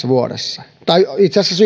vuodessa tai itse asiassa